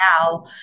now